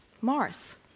Mars